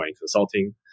consulting